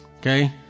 Okay